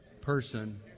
person